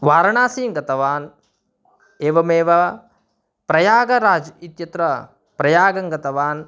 वारणासीं गतवान् एवमेव प्रयागराज् इत्यत्र प्रयागं गतवान्